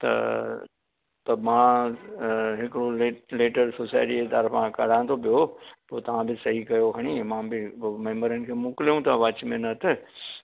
त त मां हिकिड़ो लैटर सोसाइटीअ जी तरफ़ा करां थो पियो पोइ तव्हां डिसाइड कयो हाणे मां बि पोइ मैंबरनि खे मोकिलियूं था वॉचमैन हथु